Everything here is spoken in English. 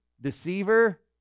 deceiver